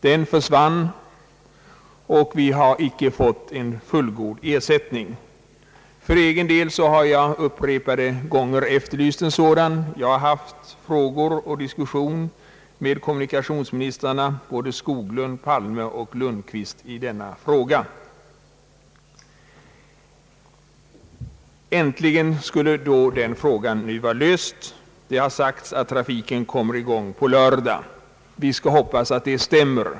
Den försvann, och vi har icke fått någon fullgod ersättning. För egen del har jag upprepade gånger efterlyst en sådan. Jag har haft diskussioner med kommunikationsministrarna — både herrar Skoglund, Palme och Lundkvist — i denna fråga. Äntligen skulle alltså den frågan nu vara löst. Det har sagts att trafiken från Sergels torg kommer i gång på lördag. Vi skall hoppas att det stämmer.